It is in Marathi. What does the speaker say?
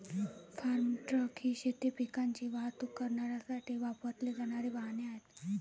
फार्म ट्रक ही शेती पिकांची वाहतूक करण्यासाठी वापरली जाणारी वाहने आहेत